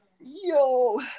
Yo